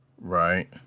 Right